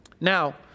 Now